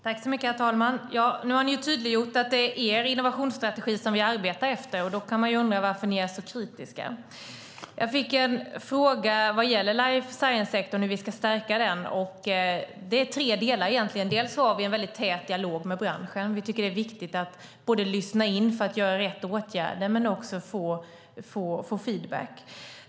Herr talman! Nu har ni tydliggjort att det är er innovationsstrategi som vi arbetar efter. Då kan man undra varför ni är så kritiska. Jag fick en fråga om hur vi ska stärka life science-sektorn. Det handlar egentligen om tre delar: Dels har vi en väldigt tät dialog med branschen. Vi tycker att det är viktigt att lyssna in både för att kunna vidta rätt åtgärder och för att få feedback.